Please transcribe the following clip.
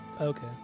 Okay